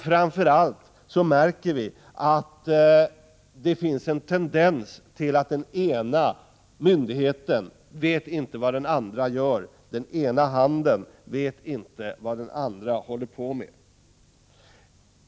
Framför allt märker vi att det finns en tendens till att den ena myndigheten inte vet vad den andra gör.